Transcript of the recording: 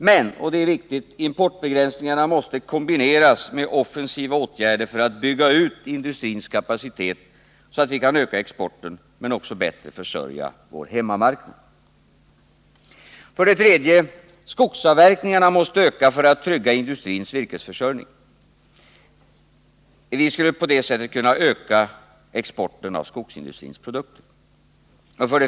Men — och det är viktigt —- importbegränsningarna måste kombineras med offensiva åtgärder för att bygga ut industrins kapacitet, så att vi kan öka exporten, men också bättre försörja vår hemmamarknad. 3) Skogsavverkningarna måste öka för att trygga industrins virkesförsörjning. Vi skulle på det sättet kunna öka exporten av skogsindustrins produkter.